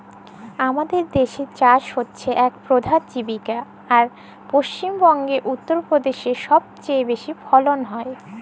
আমাদের দ্যাসে চাষ হছে ইক পধাল জীবিকা আর পশ্চিম বঙ্গে, উত্তর পদেশে ছবচাঁয়ে বেশি ফলল হ্যয়